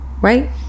right